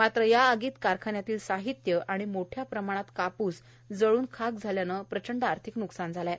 मात्र या आगीत कारखान्यातील साहित्य आणि मोठ्या प्रमाणात कापूस जळून खाक झाल्याने आर्थिक न्ुकसान झाले आहे